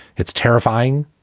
it's terrifying.